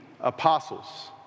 apostles